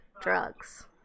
drugs